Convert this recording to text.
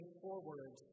forward